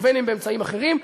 ואם באמצעים אחרים.